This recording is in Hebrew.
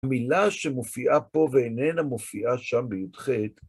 המילה שמופיעה פה ואיננה מופיעה שם ביו"ד חי"ת,